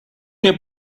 nie